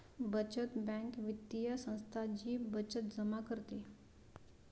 बचत बँक वित्तीय संस्था जी बचत जमा करते